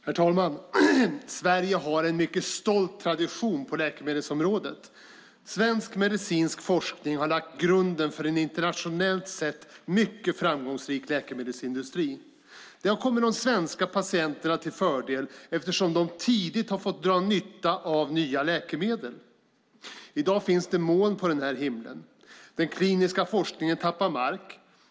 Herr talman! Sverige har en mycket stol tradition på läkemedelsområdet. Svensk medicinsk forskning har lagt grunden för en internationellt sett mycket framgångsrik läkemedelsindustri. Det har kommit de svenska patienterna till del eftersom de tidigt har fått dra nytta av nya läkemedel. I dag finns det moln på denna himmel. Den kliniska forskningen tappar mark.